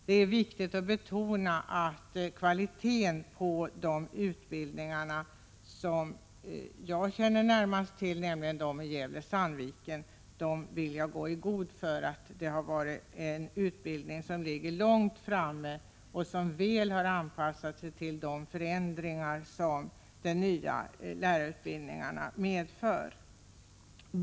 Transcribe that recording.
Det är viktigt att betona att det är en hög kvalitet på de utbildningar jag närmast känner till, nämligen de som bedrivs i Gävle-Sandviken. Jag vill gå i god för att dessa ligger långt framme och att de väl har anpassat sig till de förändringar som den nya lärarutbildningen medför.